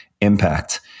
impact